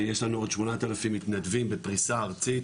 יש לנו עוד 8,000 מתנדבים בפריסה ארצית